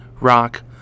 rock